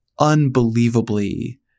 unbelievably